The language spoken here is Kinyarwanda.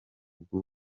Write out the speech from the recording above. bwu